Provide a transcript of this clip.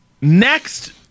Next